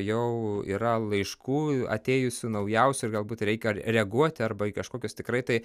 jau yra laiškų atėjusių naujausių ir galbūt reikia reaguoti arba į kažkokius tikrai tai